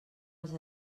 els